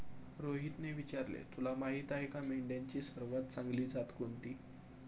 रोहितने विचारले, तुला माहीत आहे का मेंढ्यांची सर्वात चांगली जात कोणती?